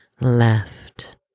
left